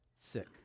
sick